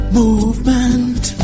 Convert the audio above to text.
movement